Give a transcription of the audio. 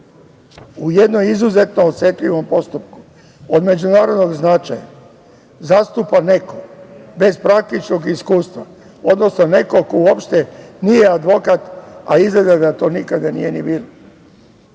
u jedno izuzetno osetljivom postupku, od međunarodnog značaja, zastupa neko bez praktičnog iskustva, odnosno nekog ko uopšte nije advokat, a izgleda da to nikada nije ni